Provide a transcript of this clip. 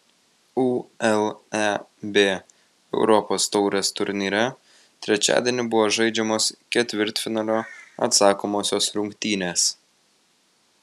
uleb europos taurės turnyre trečiadienį buvo žaidžiamos ketvirtfinalio atsakomosios rungtynės